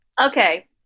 Okay